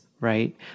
right